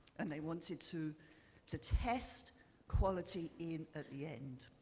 and they wanted to to test quality in at the end.